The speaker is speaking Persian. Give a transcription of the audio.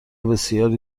بسیاری